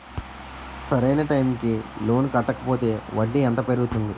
సరి అయినా టైం కి లోన్ కట్టకపోతే వడ్డీ ఎంత పెరుగుతుంది?